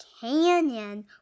canyon